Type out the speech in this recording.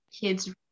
kids